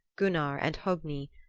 gunnar and hogni,